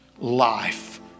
life